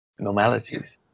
normalities